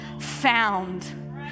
found